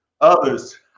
others